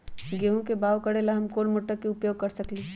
गेंहू के बाओ करेला हम कौन सा मोटर उपयोग कर सकींले?